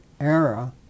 era